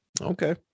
okay